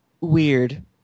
weird